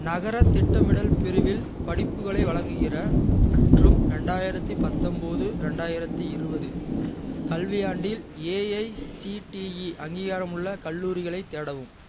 நகரத் திட்டமிடல் பிரிவில் படிப்புகளை வழங்குகிற மற்றும் ரெண்டாயிரத்து பத்தொன்பது ரெண்டாயிரத்து இருபது கல்வியாண்டில் ஏஐசிடிஇ அங்கீகாரமுள்ள கல்லூரிகளைத் தேடவும்